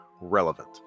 relevant